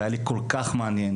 היה לי כל-כך מעניין